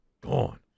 gone